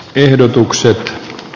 ehdotukselle